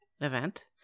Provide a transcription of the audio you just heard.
event